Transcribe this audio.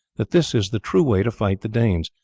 that this is the true way to fight the danes,